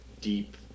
deep